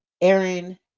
Aaron